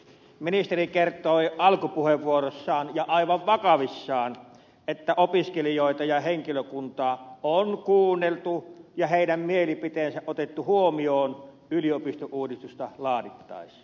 ministeri kertoi alkupuheenvuorossaan ja aivan vakavissaan että opiskelijoita ja henkilökuntaa on kuunneltu ja heidän mielipiteensä otettu huomioon yliopistouudistusta laadittaessa